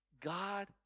God